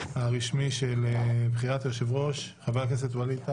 הרשמי של בחירת היושב-ראש, חבר הכנסת ווליד טאהא.